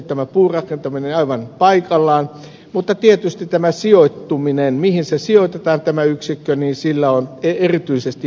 tämä puurakentaminen on tietysti aivan paikallaan mutta tietysti sijoittumisella sillä mihin tämä yksikkö sijoitetaan on erityisesti ilmastovaikutuksia